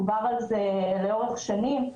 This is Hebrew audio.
ודובר על זה לאורך שנים.